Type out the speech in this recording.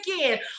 again